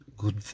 good